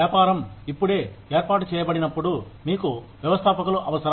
వ్యాపారం ఇప్పుడే ఏర్పాటు చేయబడినప్పుడు మీకు వ్యవస్థాపకులు అవసరం